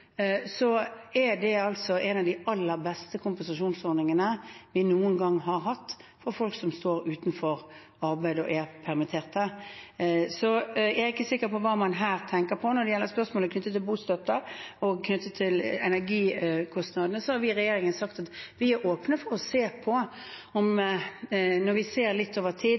er det en av de aller beste kompensasjonsordningene vi noen gang har hatt for folk som står utenfor arbeid og er permittert. Så jeg er ikke sikker på hva man her tenker på. Når det gjelder spørsmålet knyttet til bostøtte og til energikostnadene, har vi i regjeringen sagt at vi er åpne for å se på det når vi litt over tid